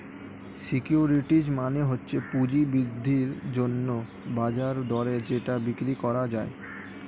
securities মানে হচ্ছে পুঁজি বৃদ্ধির জন্যে বাজার দরে যেটা বিক্রি করা যায়